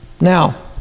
Now